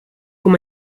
com